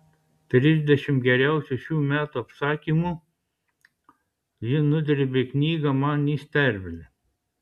trisdešimt geriausių šių metų apsakymų ji nudrėbė knygą man į sterblę